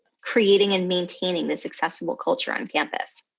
creating and maintaining this accessible culture on campus.